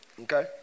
Okay